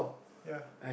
ya